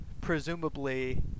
presumably